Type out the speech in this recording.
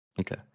Okay